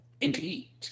Indeed